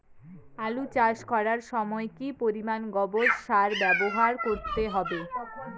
আলু চাষ করার সময় কি পরিমাণ গোবর সার ব্যবহার করতে হবে?